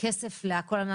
כסף להכל?